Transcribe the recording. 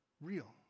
real